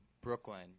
Brooklyn